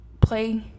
play